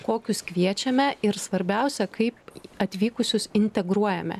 kokius kviečiame ir svarbiausia kaip atvykusius integruojame